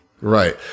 Right